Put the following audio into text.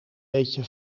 beetje